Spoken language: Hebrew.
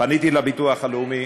פניתי לביטוח הלאומי,